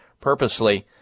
purposely